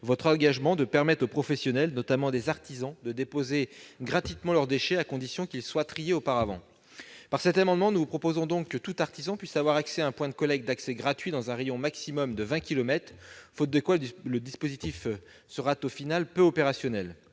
votre engagement de permettre aux professionnels, notamment aux artisans, de déposer gratuitement leurs déchets, à condition qu'ils soient triés. Cet amendement vise donc à prévoir que tout artisan puisse accéder à un point de collecte d'accès gratuit dans un rayon maximal de 20 kilomètres, faute de quoi le dispositif sera, au final, peu opérationnel.